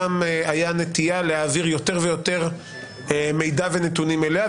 גם הייתה נטייה להעביר יותר ויותר מידע ונתונים אליה,